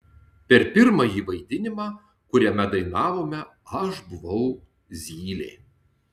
per pirmąjį vaidinimą kuriame dainavome aš buvau zylė